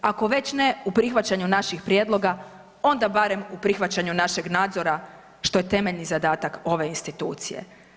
Ako već ne u prihvaćanju naših prijedloga, onda barem u prihvaćanju našeg nadzora što je temeljni zadatak ove institucije.